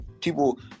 People